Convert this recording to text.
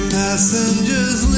passengers